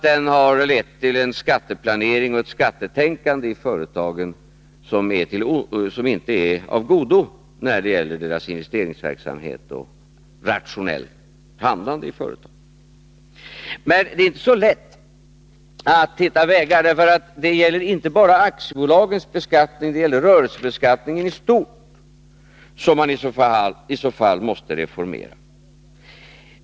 Den har lett till en skatteplanering och ett skattetänkande i företagen som inte är av godo när det gäller företagens investeringsverksamhet och rationellt handlande i företagen. Men det är inte så lätt att hitta vägar, för det gäller inte bara aktiebolagens beskattning utan rörelsebeskattningen i stort, som man i så fall måste reformera.